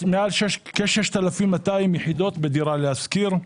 כ-6,200 יחידות בדירה להשכיר.